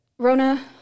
Rona